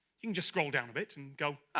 you can just scroll down a bit and go oh,